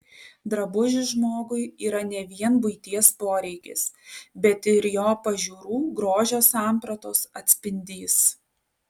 drabužis žmogui yra ne vien buities poreikis bet ir jo pažiūrų grožio sampratos atspindys